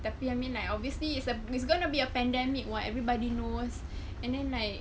tapi I mean like obviously it's a it's gonna be a pandemic [what] everybody knows and then like